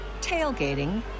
tailgating